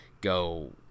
go